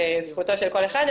זה זכותו של כל אחד,